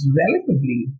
relatively